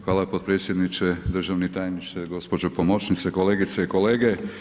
Hvala potpredsjedniče, državni tajniče, gđo. pomoćnice, kolegice i kolege.